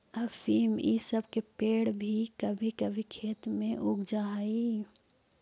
अफीम इ सब के पेड़ भी कभी कभी खेत में उग जा हई